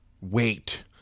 Wait